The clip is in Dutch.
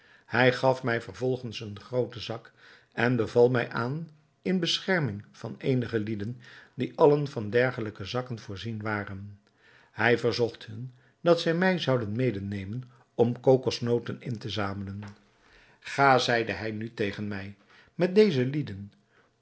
hij gaf mij vervolgens een grooten zak en beval mij aan in de bescherming van eenige lieden die allen van dergelijke zakken voorzien waren hij verzocht hun dat zij mij zouden medenemen om kokosnoten in te zamelen ga zeide hij nu tegen mij met deze lieden